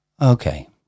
Okay